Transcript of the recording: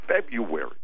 February